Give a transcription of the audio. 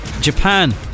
Japan